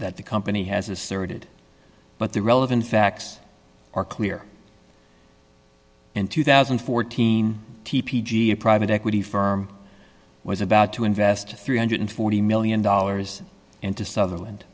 that the company has asserted but the relevant facts are clear in two thousand and fourteen t p g a private equity firm was about to invest three hundred and forty million dollars into sutherland